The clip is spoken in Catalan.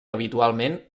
habitualment